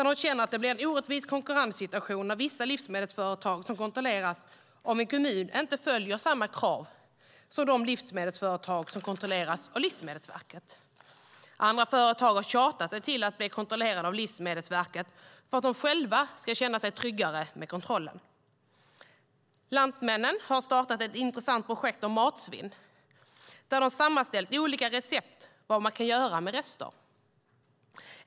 De känner att det blir en orättvis konkurrenssituation när vissa livsmedelsföretag som kontrolleras av en kommun inte följer samma krav som de livsmedelsföretag som kontrolleras av Livsmedelsverket. Andra företag har tjatat sig till att bli kontrollerade av Livsmedelsverket för att de själva ska känna sig tryggare med kontrollen. Lantmännen har startat ett intressant projekt om matsvinn, där de sammanställt olika recept på vad man kan göra med rester.